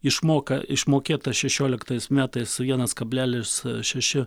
išmoka išmokėta šešioliktais metais vienas kablelis šeši